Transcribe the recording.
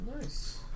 Nice